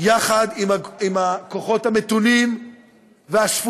יחד עם הכוחות המתונים והשפויים,